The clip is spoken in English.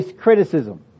criticism